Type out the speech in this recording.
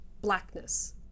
blackness